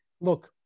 look